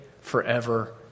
forever